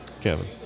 kevin